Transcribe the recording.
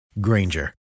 Granger